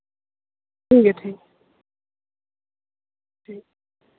ठीक ऐ ठीक ऐ